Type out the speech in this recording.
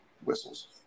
Whistles